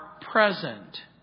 present